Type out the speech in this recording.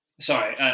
Sorry